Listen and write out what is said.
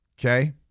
Okay